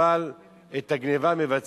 אבל את הגנבה מבצעים.